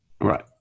Right